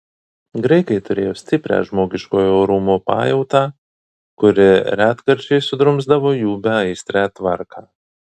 graikai turėjo stiprią žmogiškojo orumo pajautą kuri retkarčiais sudrumsdavo jų beaistrę tvarką